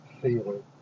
feeling